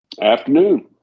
Afternoon